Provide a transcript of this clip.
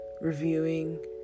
reviewing